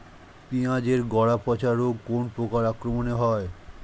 পিঁয়াজ এর গড়া পচা রোগ কোন পোকার আক্রমনে হয়?